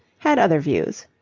had other views.